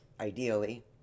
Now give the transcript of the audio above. ideally